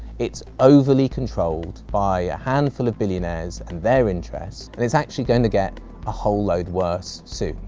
it's overly controlled by a handful of billionaires and their interests, and it's actually going to get a whole load worse soon.